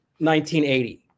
1980